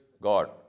God